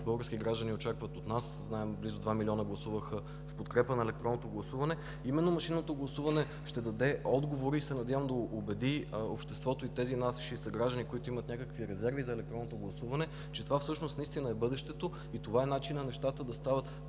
български граждани – близо два милиона гласуваха в подкрепа на електронното гласуване. Именно машинното гласуване ще даде отговори и се надявам да убеди обществото и тези наши съграждани, които имат някакви резерви за електронното гласуване, че наистина в това е бъдещето и начинът нещата да стават